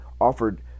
offered